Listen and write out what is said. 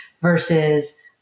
versus